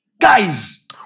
Guys